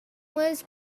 was